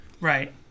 right